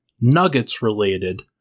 Nuggets-related